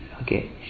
Okay